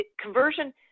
conversion